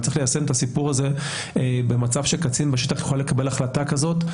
אבל צריך ליישם הסיפור הזה במצב שקצין בשטח יוכל לקבל החלטה כזאת,